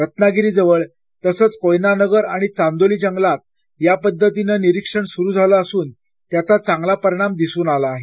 रत्नागिरीजवळ तसंच कोयनानगर आणि चांदोली जंगलात या पद्धतीने निरीक्षण सुरु झालं असून त्याचा चांगला परिणाम दिसून आला आहे